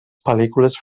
pel·lícules